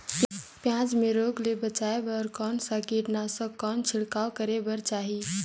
पियाज मे रोग ले बचाय बार कौन सा कीटनाशक कौन छिड़काव करे बर चाही?